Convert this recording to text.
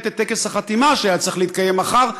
את טקס החתימה שהיה צריך להתקיים מחר,